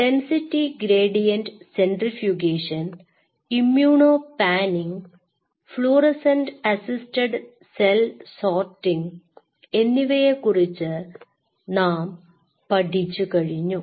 density gradient centrifugation immuno panning fluorescent assisted cell sorting എന്നിവയെ കുറിച്ച് നാം പഠിച്ചു കഴിഞ്ഞു